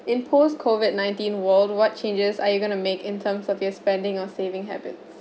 in post COVID nineteen world what changes are you going to make in terms of your spending or saving habits